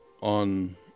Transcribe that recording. on